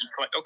okay